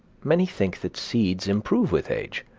many think that seeds improve with age.